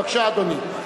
בבקשה, אדוני.